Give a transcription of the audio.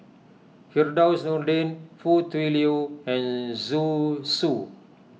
Firdaus Nordin Foo Tui Liew and Zhu Xu